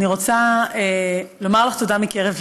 אני רוצה לומר לך תודה מקרב לב,